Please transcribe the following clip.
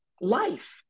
life